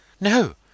No